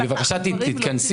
אז בבקשה תתכנסי,